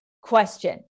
question